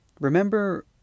remember